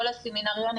כל הסמינריונים,